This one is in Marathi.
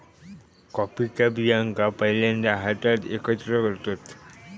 कॉफीच्या बियांका पहिल्यांदा हातात एकत्र करतत